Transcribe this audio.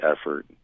effort